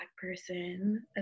person